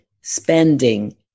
spending